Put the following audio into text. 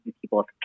people